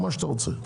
כמה שאתה רוצה.